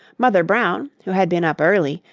mother brown, who had been up early,